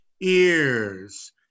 ears